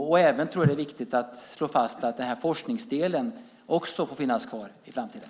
Jag tror att det är viktigt att slå fast att forskningsdelen också får finnas kvar i framtiden.